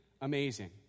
amazing